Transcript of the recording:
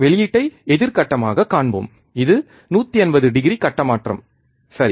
வெளியீட்டை எதிர் கட்டமாகக் காண்போம் இது 180 டிகிரி கட்ட மாற்றம் சரி